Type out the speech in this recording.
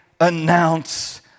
announce